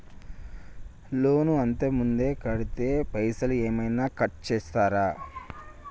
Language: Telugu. లోన్ అత్తే ముందే కడితే పైసలు ఏమైనా కట్ చేస్తరా?